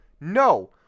no